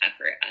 effort